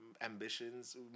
ambitions